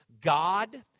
God